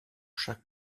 chaque